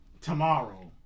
tomorrow